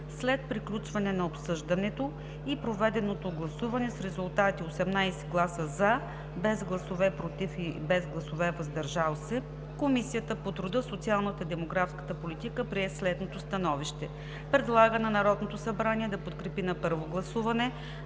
След приключване на обсъждането и проведеното гласуване с резултати: 18 гласа „за“, без „против“ и „въздържал се“ Комисията по труда, социалната и демографската политика прие следното становище: Предлага на Народното събрание да подкрепи на първо гласуване